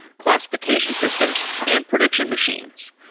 classification systems and prediction machines.